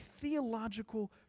theological